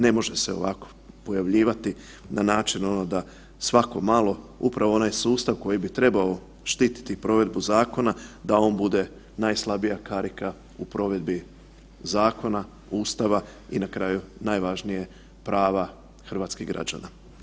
Ne može se ovako pojavljivati na način da svako malo upravo onaj sustav koji bi trebao štititi provedbu zakona da on bude najslabija karika u provedbi zakona, Ustava i na kraju najvažnije prava hrvatskih građana.